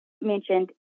mentioned